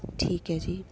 ਠੀਕ ਹੈ ਜੀ